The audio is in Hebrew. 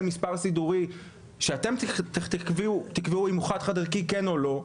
מספר סידורי שאתם תקבעו אם הוא חד-חד ערכי כן או לא,